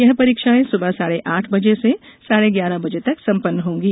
यह परीक्षाएं सुबह साढ़े आठ बजे से साढ़े ग्यारह बजे तक संपन्न होगीं